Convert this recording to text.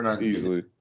easily